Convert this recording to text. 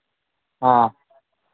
हाँ